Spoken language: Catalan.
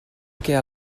que